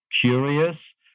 curious